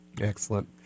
Excellent